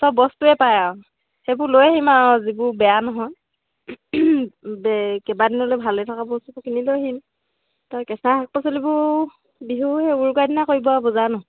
চব বস্তুৱে পায় আৰু সেইবোৰ লৈ আহিম আৰু যিবোৰ বেয়া নহয় কেইবা দিনলৈ ভালে থকা বস্তুটো কিনি লৈ আহিম কেঁচা শাক পাচলিবোৰ বিহু সেই উৰুকাৰ দিনা কৰিব আৰু বজাৰ ন